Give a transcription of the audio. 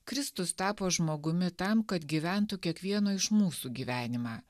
kristus tapo žmogumi tam kad gyventų kiekvieno iš mūsų gyvenimą